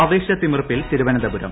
ആവേശ തിമിർപ്പിൽ തിരുവനന്തപുരം